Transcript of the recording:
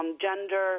gender